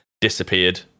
disappeared